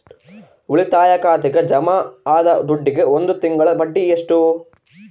ಉಳಿತಾಯ ಖಾತೆಗೆ ಜಮಾ ಆದ ದುಡ್ಡಿಗೆ ಒಂದು ತಿಂಗಳ ಬಡ್ಡಿ ಎಷ್ಟು?